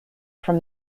from